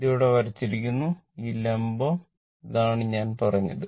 ഇത് ഇവിടെ വരച്ചിരിക്കുന്നു ഈ ലംബം ഇതാണ് ഞാൻ പറഞ്ഞതു